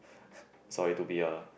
so it to be a